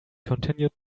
continued